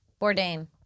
Bourdain